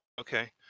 Okay